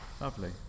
lovely